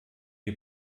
die